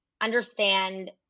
understand